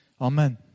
Amen